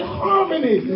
harmony